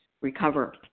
recover